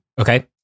Okay